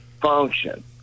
function